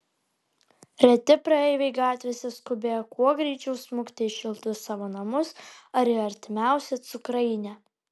reti praeiviai gatvėse skubėjo kuo greičiau smukti į šiltus savo namus ar į artimiausią cukrainę